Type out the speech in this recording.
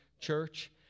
church